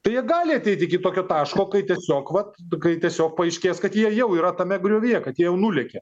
tai jie gali ateiti iki tokio taško kai tiesiog vat kai tiesiog paaiškės kad jie jau yra tame griovyje kad jie jau nulėkė